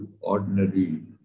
ordinary